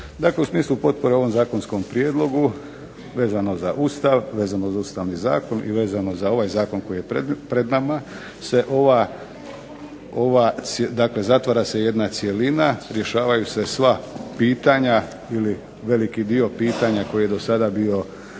Dakle, u smislu potpore ovom zakonskom prijedlogu vezano za Ustav, vezano za Ustavni zakon i vezano za ovaj zakon koji je pred nama se ova, dakle zatvara se jedna cjelina, rješavaju se sva pitanja ili veliki dio pitanja koji je dosada bio